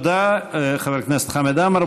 תודה, חבר הכנסת חמד עמאר.